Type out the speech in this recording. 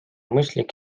mõistlik